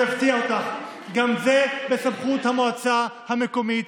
אני אפתיע אותך: גם זה בסמכות המועצה המקומית.